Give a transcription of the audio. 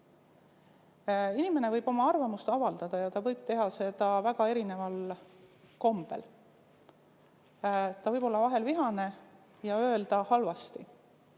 Inimene võib oma arvamust avaldada ja ta võib teha seda väga erineval kombel. Ta võib olla vahel vihane ja öelda halvasti.